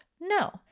No